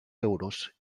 euros